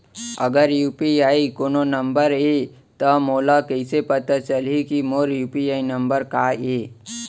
अगर यू.पी.आई कोनो नंबर ये त मोला कइसे पता चलही कि मोर यू.पी.आई नंबर का ये?